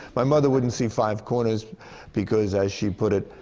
my mother wouldn't see five corners because, as she put it,